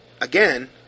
again